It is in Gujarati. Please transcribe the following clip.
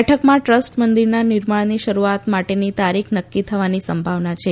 બેઠકમાં ટ્રસ્ટ મંદિરના નિર્માણની શરૂઆત માટેની તારીખ નક્કી થવાની સંભાવના છે